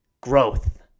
growth